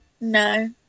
No